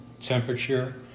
temperature